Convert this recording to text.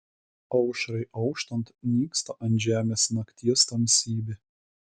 aušrai auštant nyksta ant žemės nakties tamsybė